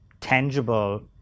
tangible